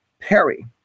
Perry